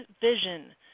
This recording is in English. vision